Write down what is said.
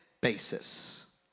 basis